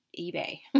eBay